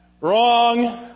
wrong